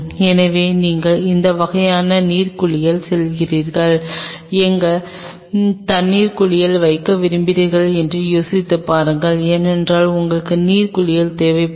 எனவே நீங்கள் எந்த வகையான நீர் குளியல் செல்கிறீர்கள் எங்கு தண்ணீர் குளியல் வைக்க விரும்புகிறீர்கள் என்று யோசித்துப் பாருங்கள் ஏனெனில் உங்களுக்கு நீர் குளியல் தேவைப்படும்